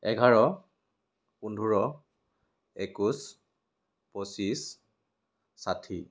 এঘাৰ পোন্ধৰ একৈছ পঁচিছ ষাঠি